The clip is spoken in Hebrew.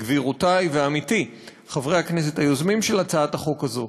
גבירותי ועמיתי היוזמים של הצעת החוק הזאת,